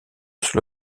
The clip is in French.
sur